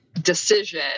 decision